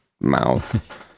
mouth